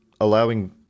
allowing